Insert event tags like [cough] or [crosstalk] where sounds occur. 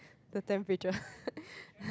the temperature [laughs]